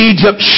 Egypt